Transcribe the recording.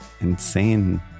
insane